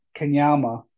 Kenyama